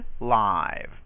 live